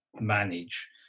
manage